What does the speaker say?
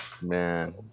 Man